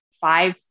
five